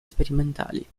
sperimentali